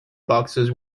boxes